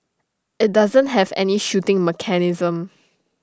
IT doesn't have any shooting mechanism